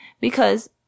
Because-